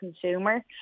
consumer